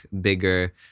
bigger